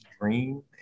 Dream